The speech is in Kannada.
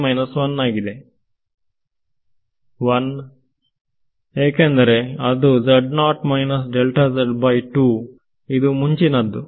ವಿದ್ಯಾರ್ಥಿ1 ಏಕೆಂದರೆ ಅದು ಇದು ಮುಂಚಿನ ದ್ದು